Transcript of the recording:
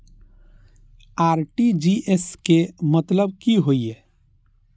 RTGS के मतलब की होय ये?